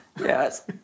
yes